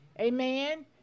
Amen